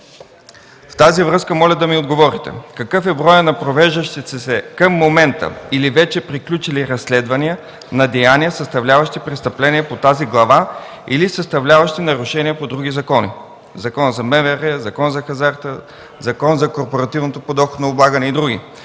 В тази връзка моля да ми отговорите какъв е броят на провеждащите се към момента или вече приключили разследвания на деяния, съставляващи престъпление по тази глава или съставляващи нарушение по други закони – Законът за МВР, Законът за хазарта, Законът за корпоративното подоходно облагане и други?